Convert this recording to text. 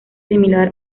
similar